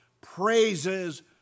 praises